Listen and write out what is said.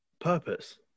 purpose